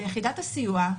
ליחידת הסיוע,